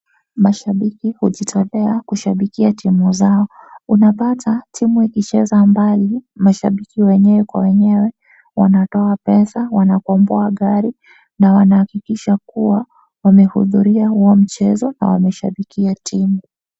Mashabiki hujitolea kushabikia timu zao. Unapata timu ikicheza mbali mashabiki wenyewe kwa wenyewe wanatoa pesa, wanakomboa gari na wanahakikisha kuwa wamehudhuria huo mchezo na wameshabikia timu.